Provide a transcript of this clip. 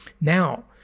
Now